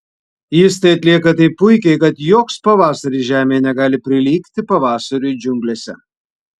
jis tai atlieka taip puikiai kad joks pavasaris žemėje negali prilygti pavasariui džiunglėse